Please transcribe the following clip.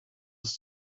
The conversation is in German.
ist